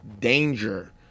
danger